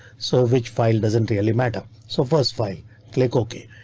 so which file doesn't really matter? so first file click ok.